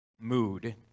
mood